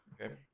Okay